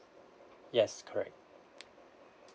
yes correct